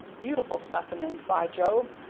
beautiful specimens, by jove!